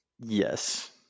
Yes